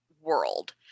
world